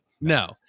No